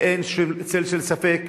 ואין שום צל של ספק